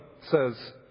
says